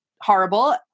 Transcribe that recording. horrible